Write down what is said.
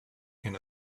can